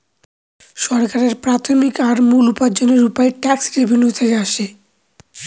সরকারের প্রাথমিক আর মূল উপার্জনের উপায় ট্যাক্স রেভেনিউ থেকে আসে